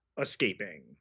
escaping